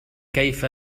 كيف